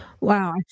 Wow